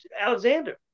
Alexander